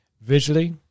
visually